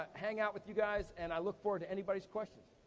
hang out with you guys, and i look forward to anybody's questions.